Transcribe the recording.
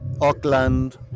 Auckland